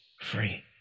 free